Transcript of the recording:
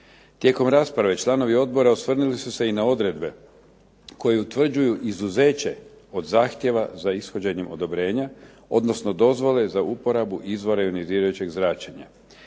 Tijekom rasprave članovi odbora osvrnuli su se i na odredbe koje utvrđuju izuzeće od zahtjeva za ishođenjem odobrenja, odnosno dozvole za uporabu izvora ionizirajućeg zračenja.